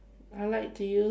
I like to use